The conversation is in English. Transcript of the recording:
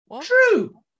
True